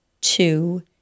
two